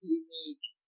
unique